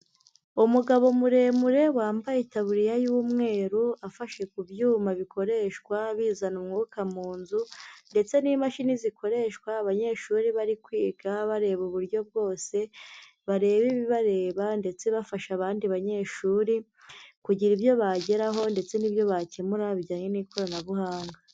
Umugabo muremure wambaye itaburiya y'umweru, afashe ku byuma bikoreshwa bizana umwuka mu nzu, ndetse n'imashini zikoreshwa abanyeshuri bari kwiga bareba uburyo bwose bareba ibibareba, ndetse bafasha abandi banyeshuri kugira ibyo bageraho ndetse n'ibyo bakemura bijyanye n'ikoranabuhanga.